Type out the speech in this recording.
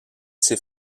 ses